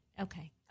okay